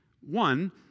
One